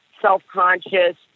self-conscious